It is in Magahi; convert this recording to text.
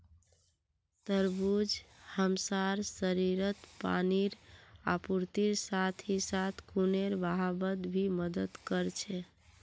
तरबूज हमसार शरीरत पानीर आपूर्तिर साथ ही साथ खूनेर बहावत भी मदद कर छे